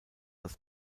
das